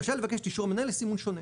רשאי לבקש את אישור המנהל לסימון שונה.